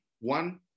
One